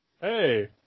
Hey